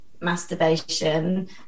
masturbation